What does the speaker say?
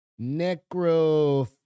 Necro